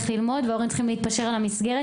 אנחנו נשמח לקבל לשולחן הוועדה עדכונים,